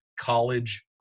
college